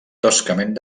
toscament